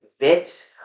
bitch